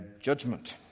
Judgment